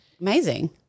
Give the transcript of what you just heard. Amazing